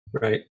right